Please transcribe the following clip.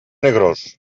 negrós